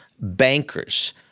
bankers